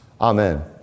Amen